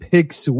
Picks